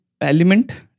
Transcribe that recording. element